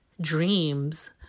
dreams